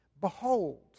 Behold